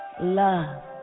love